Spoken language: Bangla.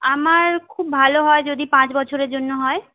আমার খুব ভালো হয় যদি পাঁচ বছরের জন্য হয়